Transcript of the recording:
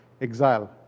exile